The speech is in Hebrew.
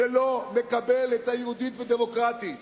שלא מקבל את ה"יהודית ודמוקרטית",